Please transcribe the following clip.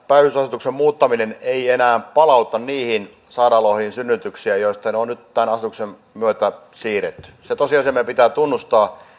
päivystysasetuksen muuttaminen ei enää palauta synnytyksiä niihin sairaaloihin joista ne on nyt tämän asetuksen myötä siirretty se tosiasia meidän pitää tunnustaa